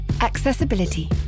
Accessibility